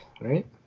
right